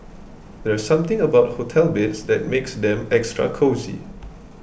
there's something about hotel beds that makes them extra cosy